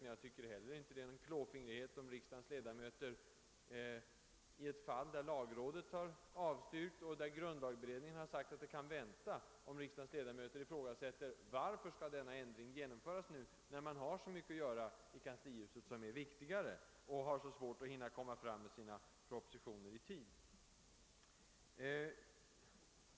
Jag anser det inte heller vara någon klåfingrighet om riksdagens ledamöter, i ett fall då lagrådet avstyrkt och då grundlagberedningen framhållit att det kan vänta, ifrågasätter varför ändringen skall genomföras just nu, då det finns så mycket att göra i kanslihuset som är viktigare, och då det är svårt att få fram propositionerna i tid.